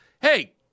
hey